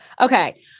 Okay